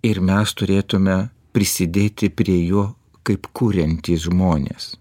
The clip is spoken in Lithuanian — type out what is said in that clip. ir mes turėtume prisidėti prie jo kaip kuriantys žmonės